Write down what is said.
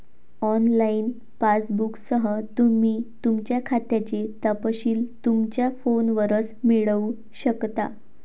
online पासबुकसह, तुम्ही तुमच्या खात्याचे तपशील तुमच्या फोनवरच मिळवू शकता